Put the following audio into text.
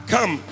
Come